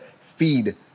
feed